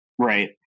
Right